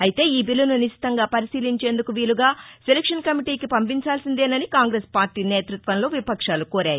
అయితే ఈబిల్లును నిశితంగా పరిశీలించేందుకు వీలుగా సెలక్షన్ కమిటీకి పంపించాల్సిందేనని కాంగ్రెస్ పార్లీ నేతృత్వంలో విపక్షాలు కోరాయి